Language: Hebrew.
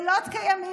לילות כימים,